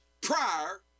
prior